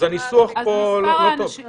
ההסתייגות נדחתה.